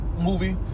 movie